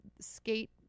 skate